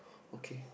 okay